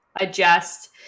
adjust